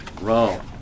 Rome